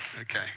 Okay